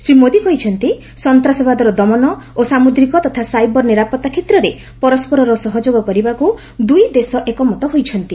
ଶ୍ରୀ ମୋଦି କହିଛନ୍ତି ସନ୍ତାସବାଦର ଦମନ ଓ ସାମୁଦ୍ରିକ ତଥା ସାଇବର୍ ନିରାପତ୍ତା କ୍ଷେତ୍ରରେ ପରସ୍କରର ସହଯୋଗ କରିବାକୁ ଦୁଇ ଦେଶ ଏକମତ ହୋଇଛନ୍ତି